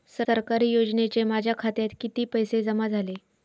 सरकारी योजनेचे माझ्या खात्यात किती पैसे जमा झाले?